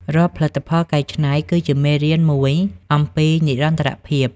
រាល់ផលិតផលកែច្នៃ គឺជាមេរៀនមួយអំពីនិរន្តរភាព។